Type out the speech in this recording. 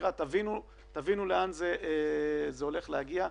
תבינו לאן זה הולך להגיע.